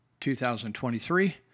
2023